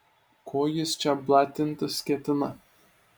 ko jis čia blatintis ketina